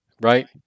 right